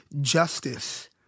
Justice